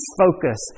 focus